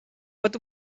pot